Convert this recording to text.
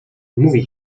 mówi